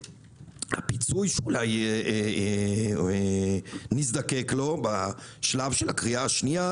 והפיצוי שאולי נזדקק לו בשלב של הקריאה השנייה,